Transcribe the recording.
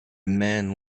man